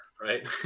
right